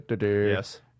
Yes